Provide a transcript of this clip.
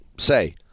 say